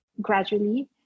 gradually